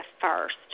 first